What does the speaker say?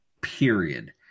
period